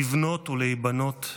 לבנות ולהיבנות,